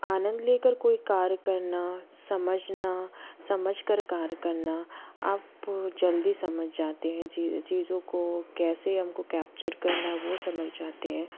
आनंद लेकर कोई कार्य करना समझना समझ कर कार्य करना आप जल्दी समझ जाते हैं जी चीज़ों को कैसे हमको कैप्चर करना है वो समझ जाते हैं